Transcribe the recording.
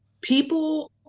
people